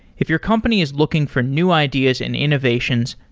if your company is looking for new ideas and innovations,